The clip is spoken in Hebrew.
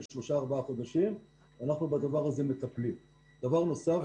שלושה-ארבעה חודשים ואנחנו מטפלים בדבר הזה.